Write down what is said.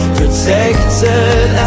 protected